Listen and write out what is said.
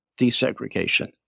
desegregation